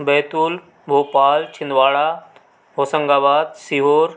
Betul Bhopal Chhindwara Hoshangabad Sehore